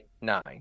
nine